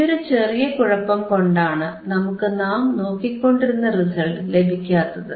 ഈയൊരു ചെറിയ കുഴപ്പംകൊണ്ടാണ് നമുക്ക് നാം നോക്കിക്കൊണ്ടിരുന്ന റിസൽറ്റ് ലഭിക്കാഞ്ഞത്